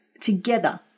together